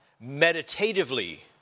meditatively